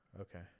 Okay